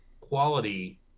quality